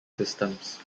systems